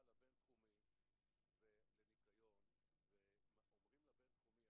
לבינתחומי לניקיון ואומרים לבינתחומי,